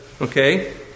Okay